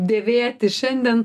dėvėti šiandien